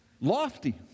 lofty